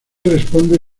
responde